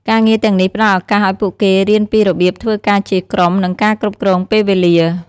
ការងារទាំងនេះផ្ដល់ឱកាសឱ្យពួកគេរៀនពីរបៀបធ្វើការជាក្រុម និងការគ្រប់គ្រងពេលវេលា។